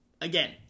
again